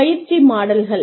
பயிற்சி மாடல்கள்